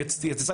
בנוסף,